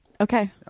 okay